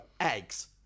eggs